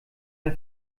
der